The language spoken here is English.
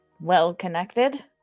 well-connected